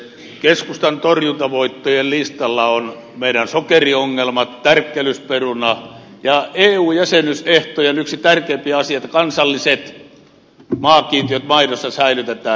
keskustan torjuntavoittojen listalla ovat meidän sokeriongelmat tärkkelysperuna ja eu jäsenyysehtojen yksi tärkeimpiä asioita että kansalliset maakiintiöt maidossa säilytetään